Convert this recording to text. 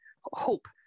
hope